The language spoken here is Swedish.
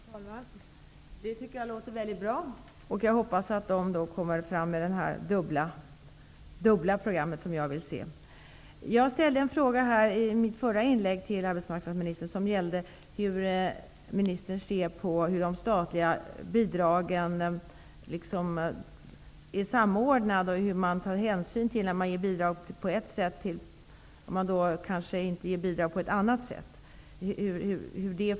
Herr talman! Det tycker jag låter mycket bra. Jag hoppas att de kommer att lägga fram det dubbla program som jag vill se. Jag ställde en fråga till arbetsmarknadsministern i mitt förra inlägg som gällde hur ministern ser på hur de statliga bidragen är samordnade. När man ger bidrag på ett sätt, tar man då hänsyn till att man inte kan ge bidrag på ett annat sätt?